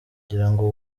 ngirango